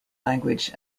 language